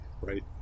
Right